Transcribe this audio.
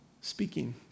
speaking